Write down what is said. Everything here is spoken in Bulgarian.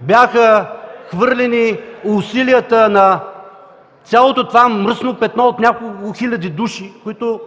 бяха хвърлени усилията на цялото това мръсно петно от няколко хиляди души, които